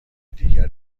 دیگر